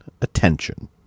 attention